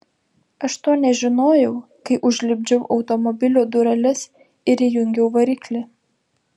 aš to nežinojau kai užlipdžiau automobilio dureles ir įjungiau variklį